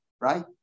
right